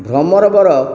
Bhramarbar